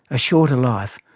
a shorter life,